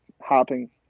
hopping